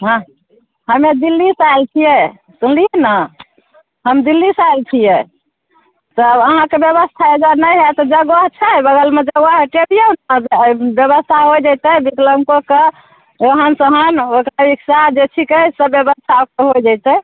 हँ हमे दिल्लीसे आयल छियै सुनलियै ने दिल्लीसे आयल छियै तब अहाँके व्यवस्था अइजा नहि हइ तऽ जगह छै बगलमे जगह टेबियौ व्यवस्था होइ जैतै बिकलाँगोकए रोहन सोहन हो जेतै रिक्शा जे छिकै तऽ ब्यवस्था होइ जैतै